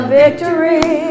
victory